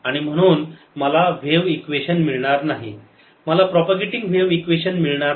आणि म्हणून मला व्हेव इक्वेशन मिळणार नाही मला प्रॉपगेटिव्ह व्हेव इक्वेशन मिळणार नाही